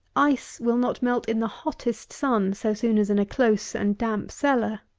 ice will not melt in the hottest sun so soon as in a close and damp cellar.